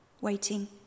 waiting